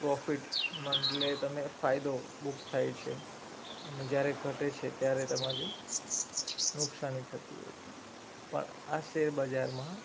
profit એટલે ફાયદો book થાય છે અને જ્યારે ઘટે છે ત્યારે તમારી નુકસાની થતી હોય છે પણ આ શેર બજારમાં